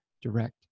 direct